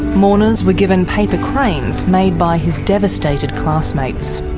mourners were given paper cranes made by his devastated classmates.